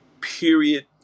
period